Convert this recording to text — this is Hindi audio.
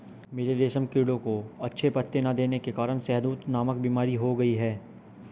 मेरे रेशम कीड़ों को अच्छे पत्ते ना देने के कारण शहदूत नामक बीमारी हो गई है